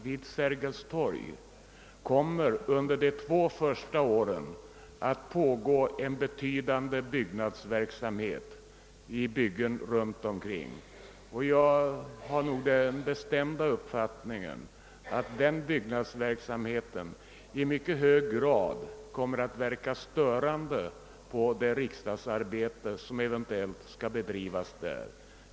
Vid Sergels torg kommer under riksdagens två första år där att pågå en betydande byggnadsverksamhet i intilliggande byggen. Jag har den bestämda uppfattningen att denna byggnadsverksamhet kommer att verka i hög grad störande på det riksdagsarbete som skall bedrivas där.